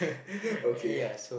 okay